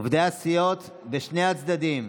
עובדי הסיעות בשני הצדדים,